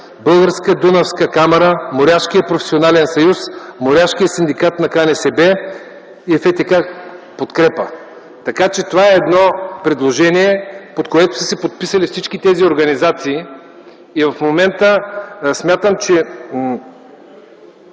Българска дунавска камара, Моряшки професионален съюз, Моряшки синдикат на КНСБ и ФТК „Подкрепа”. Това е предложение, под което са се подписали всички тези организации. Смятам, че